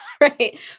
Right